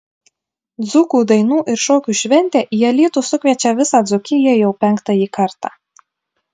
dzūkų dainų ir šokių šventė į alytų sukviečia visą dzūkiją jau penktąjį kartą